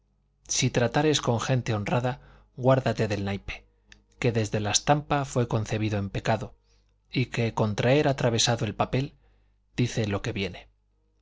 si tratares con gente honrada guárdate del naipe que desde la estampa fue concebido en pecado y que con traer atravesado el papel dice lo que viene